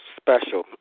special